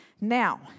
Now